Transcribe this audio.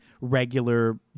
regular